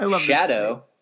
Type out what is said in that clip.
Shadow